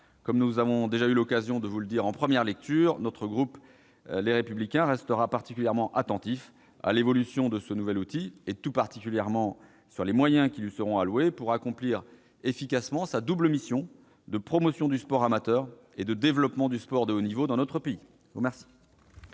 Comme nous avons déjà eu l'occasion de vous le dire en première lecture, le groupe Les Républicains restera particulièrement attentif à l'évolution de ce nouvel outil, et tout particulièrement aux moyens qui lui seront alloués pour accomplir efficacement sa double mission de promotion du sport amateur et de développement du sport de haut niveau dans notre pays. La